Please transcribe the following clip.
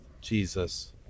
Jesus